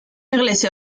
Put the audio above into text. iglesia